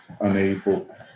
unable